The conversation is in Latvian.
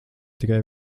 tikai